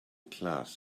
class